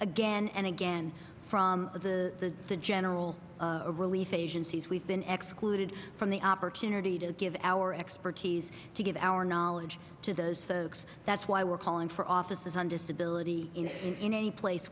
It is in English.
again and again from the the general relief agencies we've been executed from the opportunity to give our expertise to give our knowledge to those folks that's why we're calling for offices on disability in a place